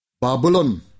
Babylon